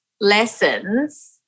lessons